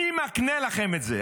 מי מקנה לכם את זה?